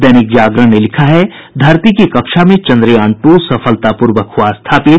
दैनिक जागरण ने लिखा है धरती की कक्षा में चन्द्रयान टू सफलतापूर्वक हुआ स्थापित